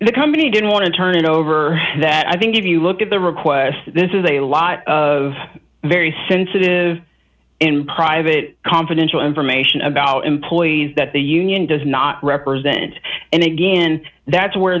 the company didn't want to turn it over that i think if you look at the request this is a lot of very sensitive and private confidential information about employees that the union does not represent and again that's where